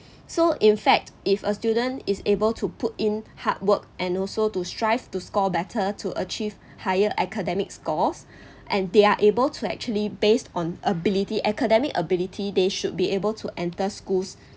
so in fact if a student is able to put in hard work and also to strive to score better to achieve higher academic scores and they are able to actually based on ability academic ability they should be able to enter schools